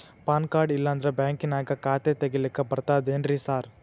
PAN card ಇಲ್ಲಂದ್ರ ಬ್ಯಾಂಕಿನ್ಯಾಗ ಖಾತೆ ತೆಗೆಲಿಕ್ಕಿ ಬರ್ತಾದೇನ್ರಿ ಸಾರ್?